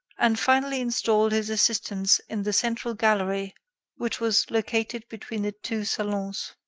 and finally installed his assistants in the central gallery which was located between the two salons.